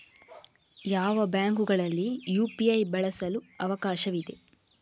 ಯಾವ ಬ್ಯಾಂಕುಗಳಲ್ಲಿ ಯು.ಪಿ.ಐ ಬಳಸಲು ಅವಕಾಶವಿದೆ?